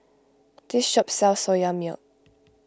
this shop sells Soya Milk